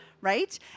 right